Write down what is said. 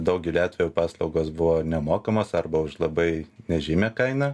daugeliu atvejų paslaugos buvo nemokamos arba už labai nežymią kainą